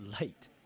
Late